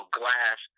glass